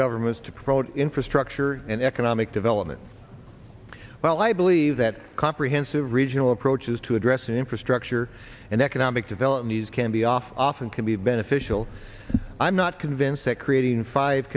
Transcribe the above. governments to produce infrastructure and economic development while i believe that comprehensive regional approaches to address infrastructure and economic development as can be off often can be beneficial i'm not convinced that creating five